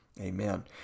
Amen